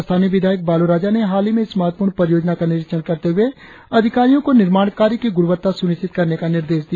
स्थानीय विधायक बालो राजा ने हाल ही में इस महत्वपूर्ण परियोजना का निरीक्षण करते हुए अधिकारियो को निर्माण कार्य की गुणवत्ता सुनिश्चित करने का निर्देश दिया